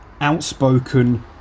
outspoken